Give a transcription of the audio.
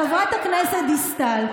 חברת הכנסת דיסטל,